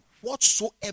Whatsoever